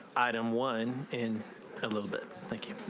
item one in a little bit thank